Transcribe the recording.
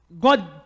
god